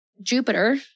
Jupiter